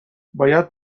باید